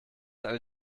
eine